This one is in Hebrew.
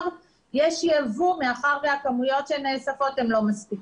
יש יבוא מאחר והכמויות שנאספות הן לא מספיקות.